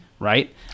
right